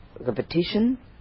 repetition